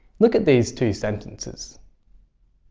look at these two sentences